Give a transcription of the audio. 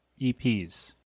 EPs